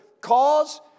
cause